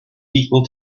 equal